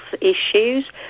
issues